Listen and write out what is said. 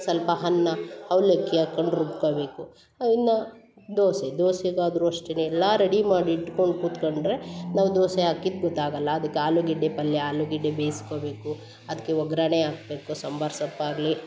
ಸ್ವಲ್ಪ ಅನ್ನ ಅವಲಕ್ಕಿ ಹಾಕ್ಕೊಂಡು ರುಬ್ಕಬೇಕು ಇನ್ನ ದೋಸೆ ದೋಸೆಗಾದರೂ ಅಷ್ಟೆನೆ ಎಲ್ಲ ರೆಡಿ ಮಾಡಿ ಇಟ್ಕೊಂಡು ಕೂತ್ಕಂಡ್ರೆ ನಾವು ದೋಸೆ ಹಾಕಿದ್ದು ಗೊತ್ತಾಗಲ್ಲ ಅದಕ್ಕೆ ಆಲುಗೆಡ್ಡೆ ಪಲ್ಯ ಆಲುಗೆಡ್ಡೆ ಬೇಯಿಸ್ಕೊಬೇಕು ಅದಕ್ಕೆ ಒಗ್ಗರ್ಣೆ ಹಾಕ್ಬೇಕು ಸಂಬಾರ್ ಸೊಪ್ಪು ಆಗಲಿ